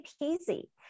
easy